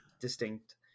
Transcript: distinct